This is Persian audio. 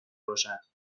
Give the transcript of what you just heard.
باشد